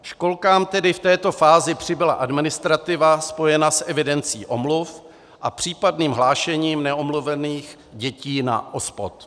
Školkám tedy v této fázi přibyla administrativa spojená s evidencí omluv a případným hlášením neomluvených dětí na OSPOD.